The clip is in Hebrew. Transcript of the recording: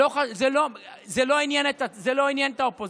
זה לא עניין את האופוזיציה.